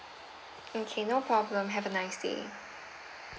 okay no problem have a nice day